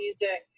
music